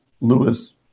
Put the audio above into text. Lewis